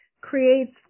creates